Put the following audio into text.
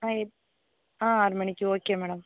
ஆ இத் ஆ ஆறு மணிக்கு ஓகே மேடம்